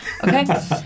Okay